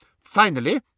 Finally